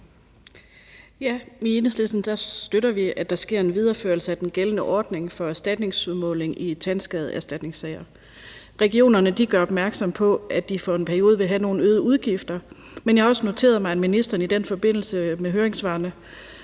I Enhedslisten støtter vi, at der sker en videreførelse af den gældende ordning for erstatningsudmåling i tandskadeerstatningssager. Regionerne gør opmærksom på, at de for en periode vil have nogle øgede udgifter, men jeg har også noteret mig, at ministeren i forbindelse med høringssvarene